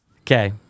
Okay